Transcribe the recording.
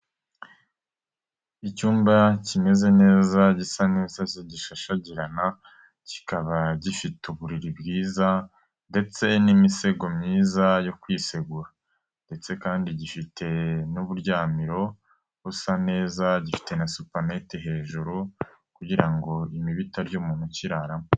Icyumba kimeze neza gisa neza, gisa n'igishashe gishashagirana kikaba gifite uburiri bwiza, ndetse n'imisego myiza yo kwisegura. Ndetse kandi gifite n'uburyamiro busa neza, gifite na supanete hejuru kugirango imibu itarya umuntu ukirararamo.